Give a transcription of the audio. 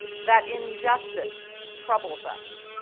that injustice troubles us,